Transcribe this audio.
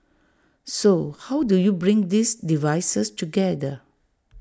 so how do you bring these devices together